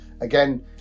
Again